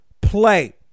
play